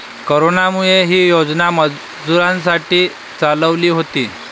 कोरोनामुळे, ही योजना मजुरांसाठी चालवली होती